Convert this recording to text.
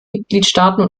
mitgliedstaaten